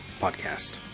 podcast